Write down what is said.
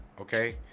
Okay